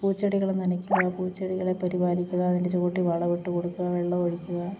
പൂച്ചെടികൾ നനയ്ക്കുക പൂച്ചെടികളെ പരിപാലിക്കുക അതിൻ്റെ ചുവട്ടിൽ വളവിട്ട് കൊടുക്കുക വെള്ളം ഒഴിക്കുക